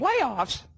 Playoffs